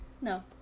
No